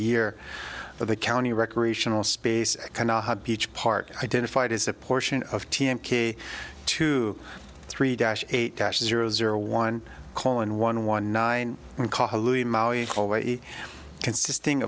year for the county recreational space peach park identified as a portion of t n k two three dash eight cash zero zero one coal and one one nine consisting